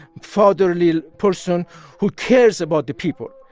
fatherly person who cares about the people.